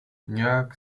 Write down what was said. nějak